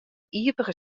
ivige